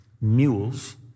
mules